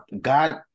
God